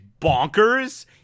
bonkers